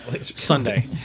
Sunday